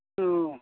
औ